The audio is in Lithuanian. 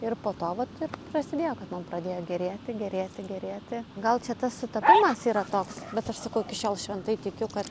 ir po to vat ir prasidėjo kad man pradėjo gerėti gerėti gerėti gal čia tas sutapimas yra toks bet aš sakau iki šiol šventai tikiu kad